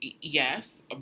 Yes